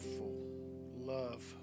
love